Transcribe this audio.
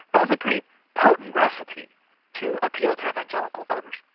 it was a pretty potent recipe to appeal to evangelical voters.